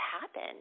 happen